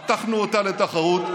פתחנו אותה לתחרות,